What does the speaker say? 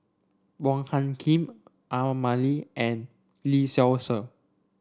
Wong Hung Khim A Ramli and Lee Seow Ser